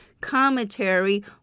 commentary